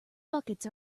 buckets